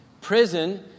Prison